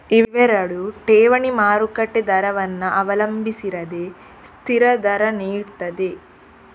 ಇವೆರಡು ಠೇವಣಿ ಮಾರುಕಟ್ಟೆ ದರವನ್ನ ಅವಲಂಬಿಸಿರದೆ ಸ್ಥಿರ ದರ ನೀಡ್ತದೆ